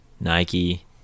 nike